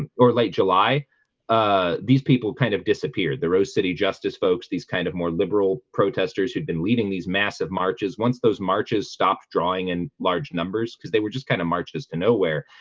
ah or late july ah, these people kind of disappeared the rose city justice folks these kind of more liberal protesters who'd been leading these massive marches once those marches stopped drawing in large numbers because they were just kind of marches to nowhere.